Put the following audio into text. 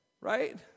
Right